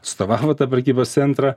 atstovavot prekybos centrą